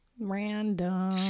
Random